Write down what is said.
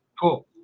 Cool